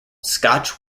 scotch